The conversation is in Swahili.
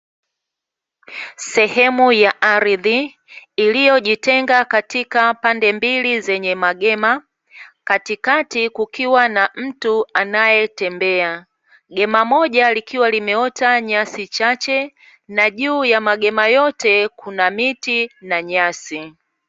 Sehemu ya ardhi iliyojitenga katika pande mbili zenye magema katikati kukiwa na mtu anayetembea. Gema moja likiwa limeota nyasi chache na juu ya magema yote kuna miti na nyasi.